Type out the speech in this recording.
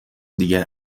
دیگه